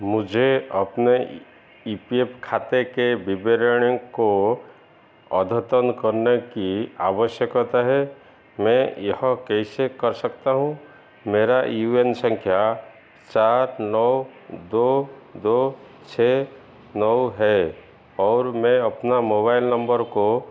मुझे अपने E P F खाते के विवरण को अद्यतन करने की आवश्यकता है मैं यहा कैसे कर सकता हूँ मेरा यू एन संख्या चार नौ दो दो छह नौ है और मैं अपने मोबाइल नंबर को